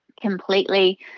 completely